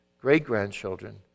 great-grandchildren